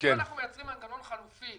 אם אנחנו מייצרים מנגנון חלופי,